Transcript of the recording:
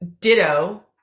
Ditto